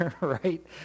right